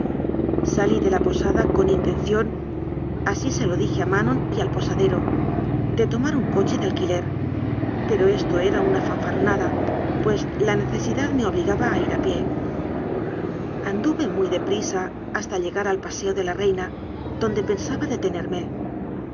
salí de la posada con intenciónasí se lo dije a manon y al posaderode tomar un coche de alquiler pero esto era una fanfarronada pues la necesidad me obligaba a ir a pie anduve muy de prisa hasta llegar al paseo de la reina donde pensaba detenerme